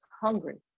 hungry